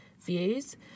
views